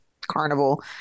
Carnival